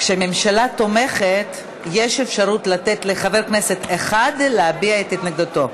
כשממשלה תומכת יש אפשרות לתת לחבר כנסת אחד להביע את התנגדותו.